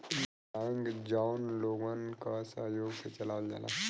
bank जौन लोगन क सहयोग से चलावल जाला